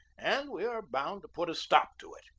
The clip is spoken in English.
and we are bound to put a stop to it.